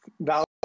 Valid